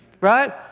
right